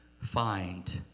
find